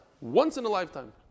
Once-in-a-lifetime